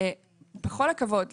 בכל הכבוד,